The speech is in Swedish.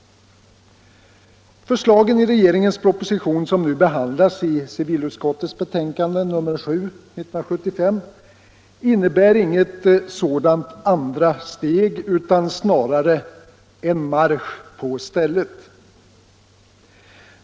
Förslagen i regeringens proposition, som nu behandlas i civilutskottets betänkande nr 7, innebär inget sådant andra steg utan snarare en marsch på stället.